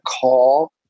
call